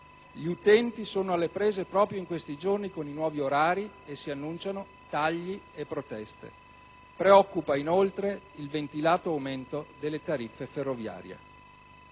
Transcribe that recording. Gli utenti sono alle prese proprio in questi giorni con i nuovi orari e si annunciano tagli e proteste. Preoccupa, inoltre, il ventilato aumento delle tariffe ferroviarie.